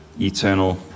eternal